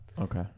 Okay